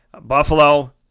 Buffalo